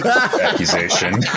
accusation